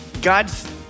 God's